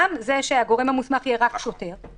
גם זה שהגורם המוסמך יהיה רק שוטר,